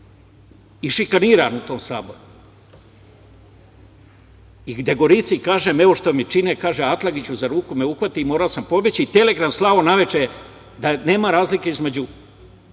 Išikaniran u tom saboru i gde Gorici kažem, evo što mi čine. Kaže - Atlagiću za ruku me uhvati i morao sam pobeći i telegraf slao naveče da nema razlike između